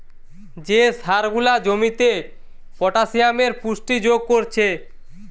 যে সার গুলা জমিতে পটাসিয়ামের পুষ্টি যোগ কোরছে